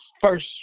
first